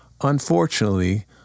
Unfortunately